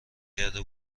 کرده